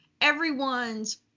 everyone's